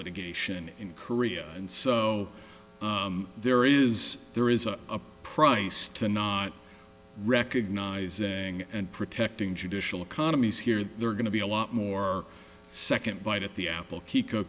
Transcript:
litigation in korea and so there is there is a price to not recognizing and protecting judicial economies here there are going to be a lot more second bite at the apple k